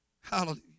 Hallelujah